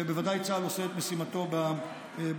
ובוודאי צה"ל עושה את משימתו בשטחים.